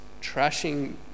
trashing